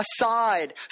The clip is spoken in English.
aside